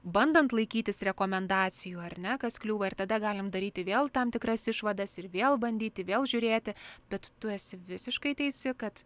bandant laikytis rekomendacijų ar ne kas kliūva ir tada galim daryti vėl tam tikras išvadas ir vėl bandyti vėl žiūrėti bet tu esi visiškai teisi kad